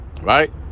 right